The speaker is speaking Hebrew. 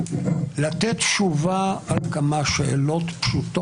למעשה כבר בגרסה הראשונה